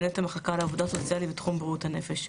מנהלת המחלקה לעבודה סוציאלית בתחום בריאות הנפש.